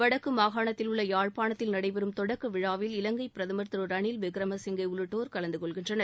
வடக்கு மாகாணத்தில் உள்ள யாழ்ப்பாணத்தில் நடைபெறும் தொடக்க விழாவில் இலங்கை பிரதமர் திரு ரணில் விக்ரம சிங்கே உள்ளிட்டோர் கலந்துகொள்கின்றனர்